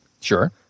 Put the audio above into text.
Sure